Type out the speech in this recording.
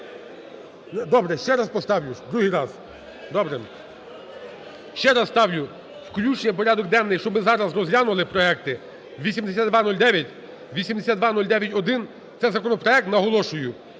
Добре, ще раз поставлю другий раз. Добре. Ще раз ставлю включення у порядок денний, щоб ми зараз розглянули проекти 8209, 8209-1. Це ,законопроект наголошую,